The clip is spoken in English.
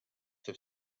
have